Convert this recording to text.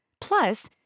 Plus